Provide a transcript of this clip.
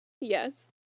Yes